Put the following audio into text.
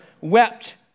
wept